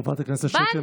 חברת הכנסת שטה,